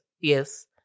Yes